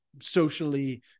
socially